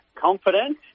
confident